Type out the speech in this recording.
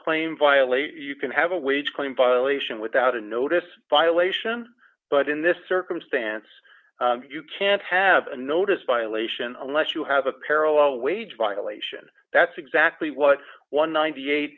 claim violate you can have a wage claim violation without a notice violation but in this circumstance you can't have a notice violation unless you have a parallel wage violation that's exactly what one